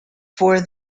for